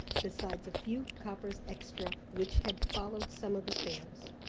besides a few coppers extra, which had followed some of the fares.